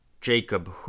Jacob